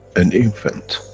an infant,